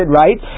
right